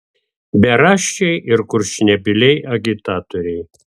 beraščiai ir kurčnebyliai agitatoriai